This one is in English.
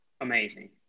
Amazing